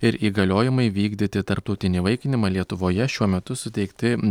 ir įgaliojimai vykdyti tarptautinį įvaikinimą lietuvoje šiuo metu suteikti